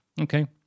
Okay